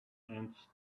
and